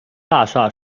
大厦